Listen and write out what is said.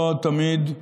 לא תמיד,